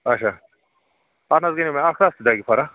اچھا تَنہٕ حظ گٔے نہٕ مےٚ اَکھ رَژھ تہِ دَگہِ فرق